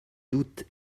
doute